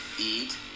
Eat